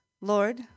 Lord